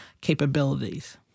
capabilities